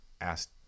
asked